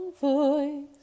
voice